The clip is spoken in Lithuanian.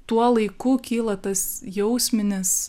tuo laiku kyla tas jausminis